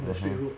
(uh huh)